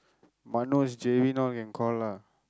Manoj Javin all can call lah